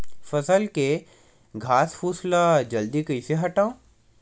फसल के घासफुस ल जल्दी कइसे हटाव?